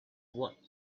what